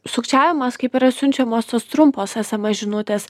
sukčiavimas kaip yra siunčiamos tos trumpos sms žinutės